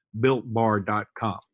builtbar.com